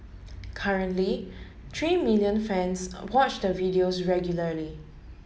currently three million fans watch the videos regularly